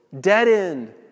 dead-end